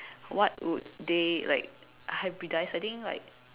what would they like hybridise I think like